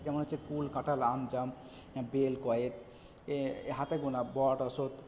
যেমন হচ্ছে কুল কাঁঠাল আম জাম বেল কয়েত হাতে গোনা বট অশত্থ